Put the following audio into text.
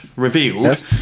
Revealed